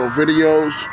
videos